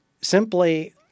simply